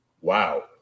wow